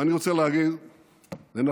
ואני רוצה להגיד לנפתלי,